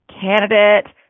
candidate